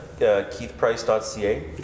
keithprice.ca